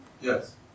Yes